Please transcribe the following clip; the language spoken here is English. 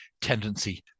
Tendency